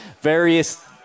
various